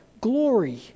glory